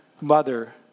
mother